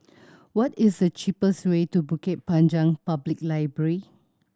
what is the cheapest way to Bukit Panjang Public Library